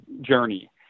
journey